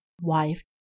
wife